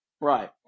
Right